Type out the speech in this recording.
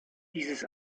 dieses